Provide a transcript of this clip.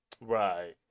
Right